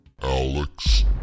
Alex